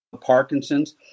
Parkinson's